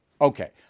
Okay